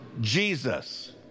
Jesus